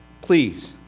please